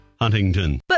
Huntington